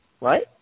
right